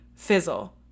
fizzle